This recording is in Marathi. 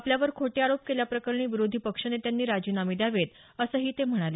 आपल्यावर खोटे आरोप केल्या प्रकरणी विरोधी पक्षनेत्यांनी राजीनामे द्यावेत असंही ते म्हणाले